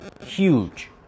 huge